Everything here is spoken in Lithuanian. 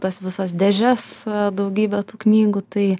tas visas dėžes daugybę tų knygų tai